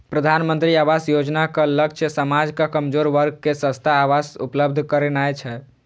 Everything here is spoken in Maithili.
प्रधानमंत्री आवास योजनाक लक्ष्य समाजक कमजोर वर्ग कें सस्ता आवास उपलब्ध करेनाय छै